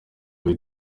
w’i